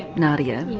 nadia,